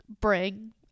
bring